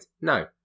No